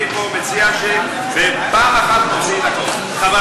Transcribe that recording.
אני פה מציע שבפעם אחת נוציא את הכול.